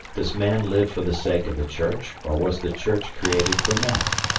does man live for the sake of the church, or was the church created for man?